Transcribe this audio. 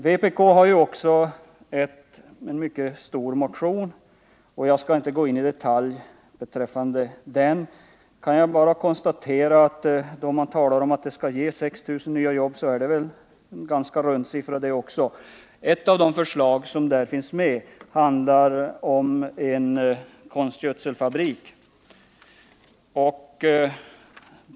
I arbetsmarknadsutskottets betänkande behandlas en mycket stor vpkmotion, men jag skall inte gå in i detalj på den. Jag kan bara konstatera att då man talar om att det utarbetade förslaget skall ge 6 000 nya jobb så är även det en ganska rund siffra. Ett av de förslag som finns i motionen är byggande av en konstgödselfabrik.